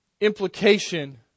implication